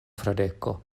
fradeko